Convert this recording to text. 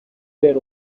their